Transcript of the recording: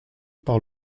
par